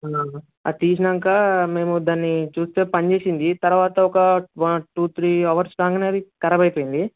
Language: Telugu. అది తీసినాక మేము దాన్ని చూస్తే పని చేసింది తరువాత ఒక వన్ టూ త్రీ అవర్స్ కాగానే ఖరాబ్ అయిపోయింది